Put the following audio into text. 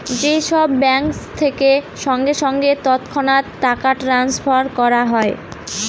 যে সব ব্যাঙ্ক থেকে সঙ্গে সঙ্গে তৎক্ষণাৎ টাকা ট্রাস্নফার করা হয়